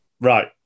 Right